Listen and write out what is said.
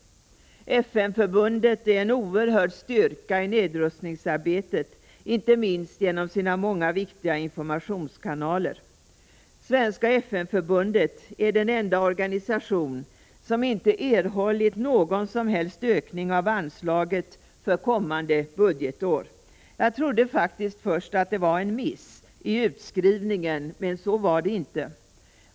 FN-förbundet är en oerhörd styrka i nedrustningsarbetet, inte minst genom sina många viktiga informationskanaler. Svenska FN-förbundet är den enda organisation som inte erhållit någon som helst ökning av anslaget för det kommande budgetåret. Jag trodde först att det var en miss i utskrivningen, men så var det inte.